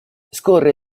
scorre